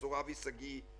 פרופסור אבי שגיא-שוורץ.